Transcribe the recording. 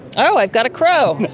oh, i've got a crow,